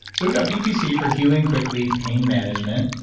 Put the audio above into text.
so we've got bpc for healing quickly, pain management.